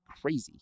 crazy